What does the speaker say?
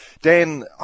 Dan